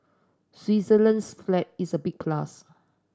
Switzerland's flag is a big plus